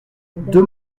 deux